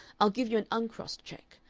i'll give you an uncrossed check,